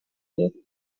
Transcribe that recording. лет